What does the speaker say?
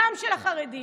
גם של החרדים.